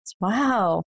Wow